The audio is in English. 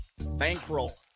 bankroll